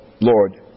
Lord